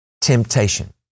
temptation